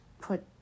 put